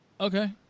okay